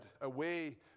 away